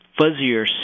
fuzzier